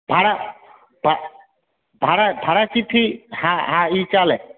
ભાડા ભા ભાડા ભાડા ચિઠ્ઠી હા હા એ ચાલે